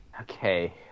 Okay